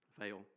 fail